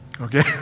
okay